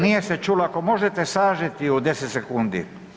Nije se čulo, ako možete sažeti u 10 sekundi.